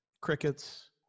Crickets